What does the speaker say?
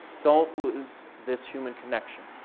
don't lose this human connection.